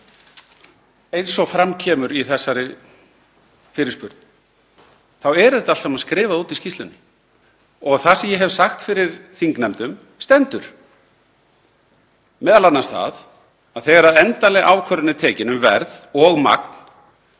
Eins og fram kemur í þessari fyrirspurn þá er þetta allt saman skrifað út í skýrslunni og það sem ég hef sagt fyrir þingnefndum stendur, m.a. það að þegar endanleg ákvörðun er tekin um verð og magn